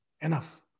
enough